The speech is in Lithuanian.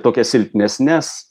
tokias silpnesnes